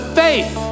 faith